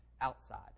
outside